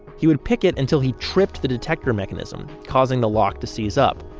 he would pick it until he tripped the detector mechanism, causing the lock to seize up.